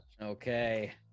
Okay